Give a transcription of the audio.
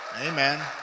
Amen